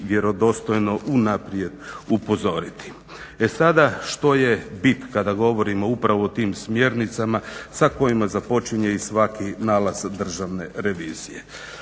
vjerodostojno unaprijed upozoriti. E sada što je bit kada govorimo upravo o tim smjernicama, sa kojima započinje i svaki nalaz državne revizije.